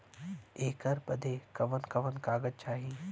ऐकर बदे कवन कवन कागज चाही?